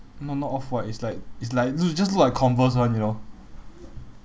no not off white it's like it's like no no just look like converse [one] you know